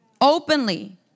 Openly